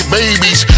babies